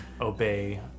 Obey